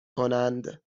کنند